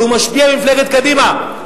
אבל הוא משפיע במפלגת קדימה.